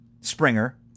Springer